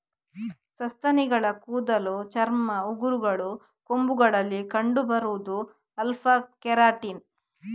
ಸಸ್ತನಿಗಳ ಕೂದಲು, ಚರ್ಮ, ಉಗುರುಗಳು, ಕೊಂಬುಗಳಲ್ಲಿ ಕಂಡು ಬರುದು ಆಲ್ಫಾ ಕೆರಾಟಿನ್